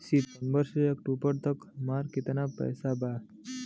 सितंबर से अक्टूबर तक हमार कितना पैसा बा?